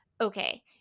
okay